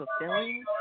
fulfilling